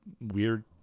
weird